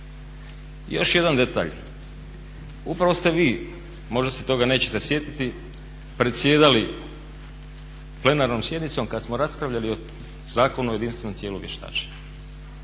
još jedan detalj, upravo ste vi, možda se toga nećete sjetiti, predsjedali plenarnom sjednicom kad smo raspravljali o Zakonu o jedinstvenom tijelu vještačenja.